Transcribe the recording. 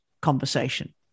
conversation